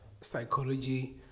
psychology